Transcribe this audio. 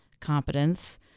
competence